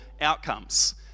outcomes